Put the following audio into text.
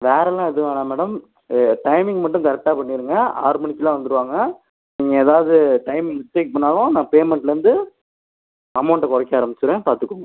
வேறெலாம் எதுவும் வேணாம் madam timing மட்டும் கரெக்டாக பண்ணிடுங்க ஆறு மணிக்கெலாம் வந்துடுவாங்க நீங்கள் ஏதாவது டைமிங் மிஸ்டேக் பண்ணாலும் நான் பேமெண்ட்லேருந்து அமௌண்ட்டை குறைக்க ஆரம்மிச்சிருவேன் பார்த்துக்கோங்க